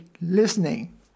listening